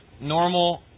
normal